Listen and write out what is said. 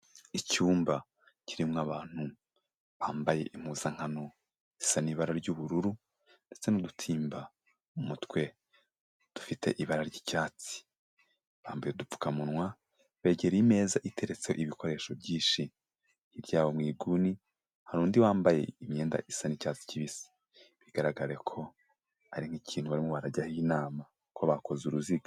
Icyumba kirimo abantu bambaye impuzankano zisa n'ibara ry'ubururu ndetse n'udutsimba mu mutwe dufite ibara ry'icyatsi, bambaye udupfukamunwa, begereye imeza iteretseho ibikoresho byishi, hirya yabo mu nguni hari undi wambaye imyenda isa n'icyatsi kibisi bigaragara ko ari nk'ikintu barimo barajyaho inama kuko bakoze uruziga.